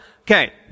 Okay